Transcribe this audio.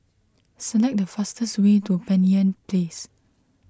select the fastest way to Banyan Place